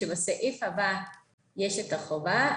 שבסעיף הבא יש את החובה,